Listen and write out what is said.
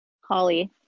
Holly